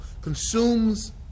consumes